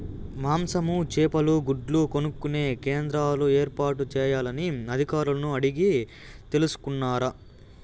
మాంసము, చేపలు, గుడ్లు కొనుక్కొనే కేంద్రాలు ఏర్పాటు చేయాలని అధికారులను అడిగి తెలుసుకున్నారా?